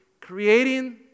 creating